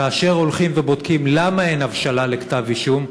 כאשר הולכים ובודקים למה אין הבשלה לכתב אישום,